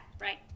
right